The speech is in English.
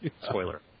Spoiler